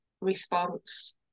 response